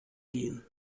gehen